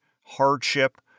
hardship